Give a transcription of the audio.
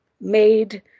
made